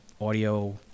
audio